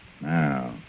Now